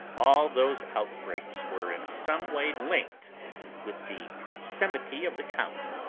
all those outbreaks were in some way linked with the proximity of the count.